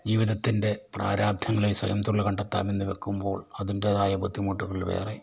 ജീവിതത്തിൻ്റെ പ്രാരാബ്ധങ്ങളെ സ്വയം തൊഴില് കണ്ടെത്താമെന്ന് വയ്ക്കുമ്പോൾ അതിൻ്റെതായ ബുദ്ധിമുട്ടുകൾ വേറെ